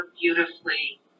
beautifully